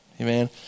Amen